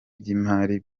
by’imari